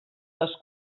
les